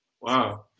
wow